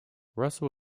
russell